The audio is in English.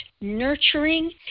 nurturing